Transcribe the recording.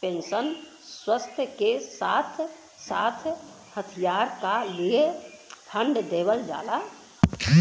pension, स्वास्थ के साथ साथ हथियार क लिए फण्ड देवल जाला